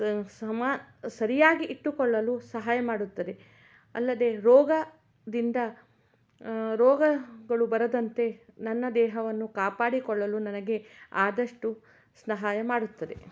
ಸಮ ಸರಿಯಾಗಿ ಇಟ್ಟುಕೊಳ್ಳಲು ಸಹಾಯ ಮಾಡುತ್ತದೆ ಅಲ್ಲದೆ ರೋಗದಿಂದ ರೋಗಗಳು ಬರದಂತೆ ನನ್ನ ದೇಹವನ್ನು ಕಾಪಾಡಿಕೊಳ್ಳಲು ನನಗೆ ಆದಷ್ಟು ಸಹಾಯ ಮಾಡುತ್ತದೆ